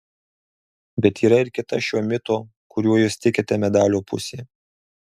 bet yra ir kita šio mito kuriuo jūs tikite medalio pusė